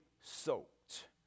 soaked